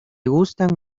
gustan